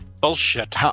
Bullshit